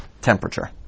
temperature